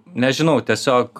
nežinau tiesiog